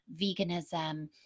veganism